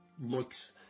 looks